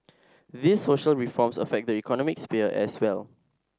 these social reforms affect the economic sphere as well